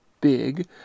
big